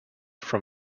from